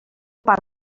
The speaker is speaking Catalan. part